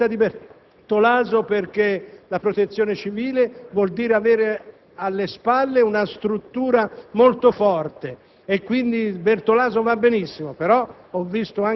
la scelta di Bertolaso, perché con la Protezione civile si ha alle spalle una struttura molto forte; quindi, Bertolaso va benissimo, però